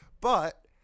But-